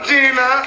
Gina